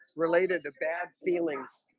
related to bad feelings.